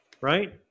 right